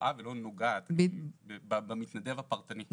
רואה ולא נוגעת במתנדב הפרטני.